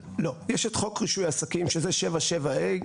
לא, יש את חוק רישוי עסקים, שזה 7.7. ה'.